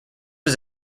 was